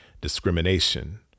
discrimination